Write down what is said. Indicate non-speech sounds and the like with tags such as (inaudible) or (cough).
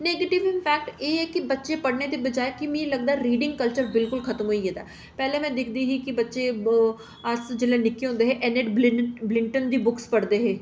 ते negative impact एह् ऐ कि बच्चे पढ़ने दे बजाय कि मिगी लगदा ऐ रीड़िंग कल्चर खत्म होई गेदा ऐ पैह्लें में दिखदी ही कि बच्चे जिसलै अस निक्के होंदे हे (unintelligible) विलीगंटन दी बुक पढ़दे हे